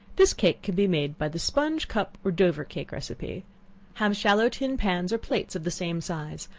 this cake can be made by the sponge, cup, or dover cake recipe have shallow tin pans or plates of the same size,